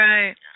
Right